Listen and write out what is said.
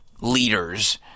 leaders